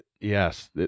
yes